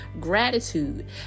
gratitude